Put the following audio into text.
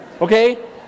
okay